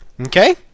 Okay